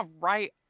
right